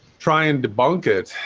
try and debunk it